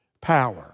power